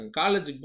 college